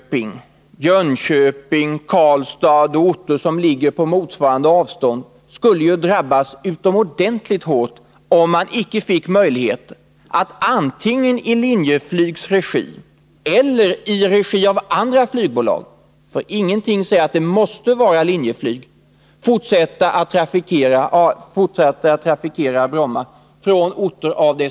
Jönköping, Karlstad och andra orter som ligger på motsvarande avstånd skulle drabbas utomordentligt hårt, om det inte blev möjligt att från sådana orter antingen i Linjeflygs eller i andra flygbolags regi — ingenting säger att det måste vara Linjeflyg — fortsätta att trafikera Bromma.